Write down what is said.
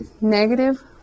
negative